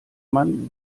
man